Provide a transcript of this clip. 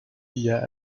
via